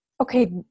Okay